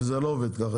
וזה לא עובד ככה.